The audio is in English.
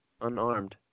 Unarmed